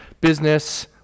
business